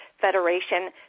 Federation